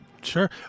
Sure